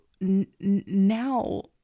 now